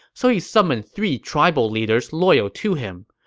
so he summoned three tribal leaders loyal to him.